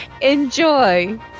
enjoy